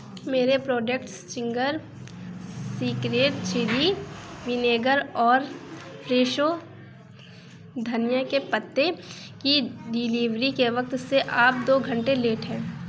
میرے products ginger secret chilli vinegar اور فریشو دھنیہ کے پتے کی ڈیلیوری کے وقت سے آپ دو گھنٹے لیٹ ہیں